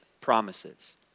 promises